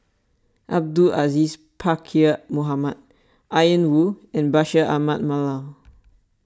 Abdul Aziz Pakkeer Mohamed Ian Woo and Bashir Ahmad Mallal